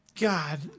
God